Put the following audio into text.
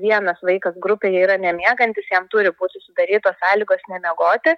vienas vaikas grupėje yra nemiegantis jam turi būti sudarytos sąlygos nemiegoti